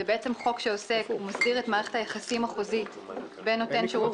זה בעצם חוק שמסדיר את מערכת היחסים החוזית בין נותן שירות